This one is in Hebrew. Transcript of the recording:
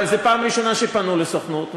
אבל זו הפעם הראשונה שפנו לסוכנות,